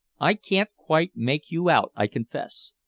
i can't quite make you out, i confess.